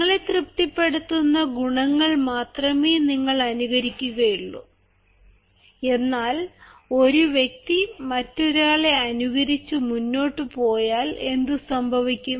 നിങ്ങളെ തൃപ്തിപ്പെടുത്തുന്ന ഗുണങ്ങൾ മാത്രമേ നിങ്ങൾ അനുകരിക്കുകയുള്ളൂ എന്നാൽ ഒരു വ്യക്തി മറ്റൊരാളെ അനുകരിച്ച് മുന്നോട്ട് പോയാൽ എന്ത് സംഭവിക്കും